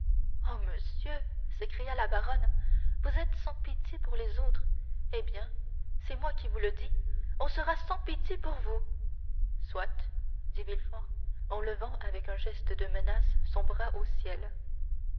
oh monsieur s'écria la baronne vous êtes sans pitié pour les autres eh bien c'est moi qui vous le dis on sera sans pitié pour vous soit dit villefort en levant avec un geste de menace son bras au ciel